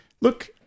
look